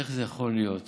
איך זה יכול להיות